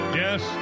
yes